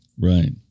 Right